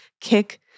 kick